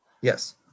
yes